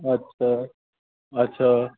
अच्छा अच्छा